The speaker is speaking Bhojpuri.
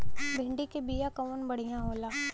भिंडी के बिया कवन बढ़ियां होला?